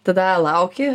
tada lauki